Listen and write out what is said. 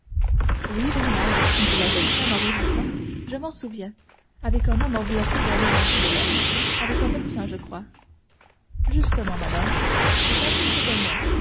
oui vraiment oui dit la jeune femme en rougissant je m'en souviens avec un homme enveloppé d'un long manteau de laine avec un médecin je crois justement madame cet homme c'était moi